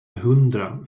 hundra